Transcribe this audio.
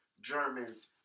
Germans